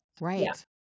Right